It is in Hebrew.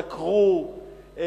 דקרו,